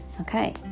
Okay